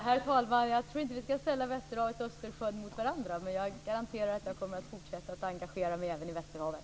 Herr talman! Jag tror inte att vi skall ställa västerhavet och Östersjön mot varandra, men jag garanterar att jag kommer att fortsätta att engagera mig även i västerhavet.